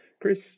Chris